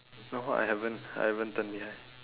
no what I haven't I haven't turn behind